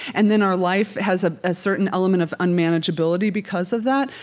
and then our life has a ah certain element of unmanageability because of that.